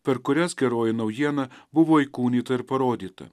per kurias geroji naujiena buvo įkūnyta ir parodyta